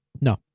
No